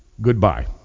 goodbye